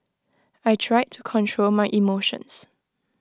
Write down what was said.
I tried to control my emotions